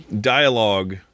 dialogue